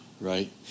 right